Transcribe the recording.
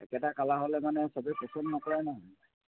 একেটা কালাৰ হ'লে মানে চবেই পচন্দ নকৰে নহয়